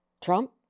Trump